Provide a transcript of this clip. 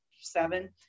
seven